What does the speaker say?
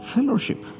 Fellowship